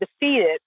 defeated